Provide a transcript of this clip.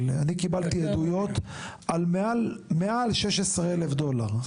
אבל אני קיבלתי עדויות על מעל 16,000 דולר.